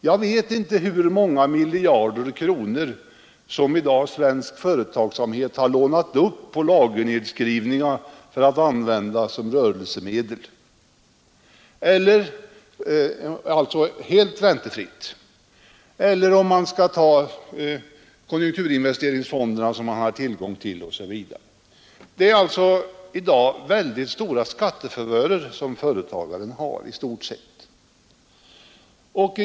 Jag vet inte hur många miljarder kronor som svensk företagsamhet har lånat upp på lagernedskrivningar för att användas som rörelsemedel — alltså helt räntefritt. Vi kan också peka på konjunkturinvesteringsfonderna som man har tillgång till osv. Det är alltså i stort sett väldigt stora skattefavörer som företagaren har i dag.